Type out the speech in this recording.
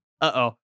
uh-oh